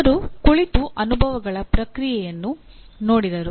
ಅವರು ಕುಳಿತು ಅನುಭವಗಳ ಪ್ರತಿಕ್ರಿಯೆಯನ್ನು ನೋಡಿದರು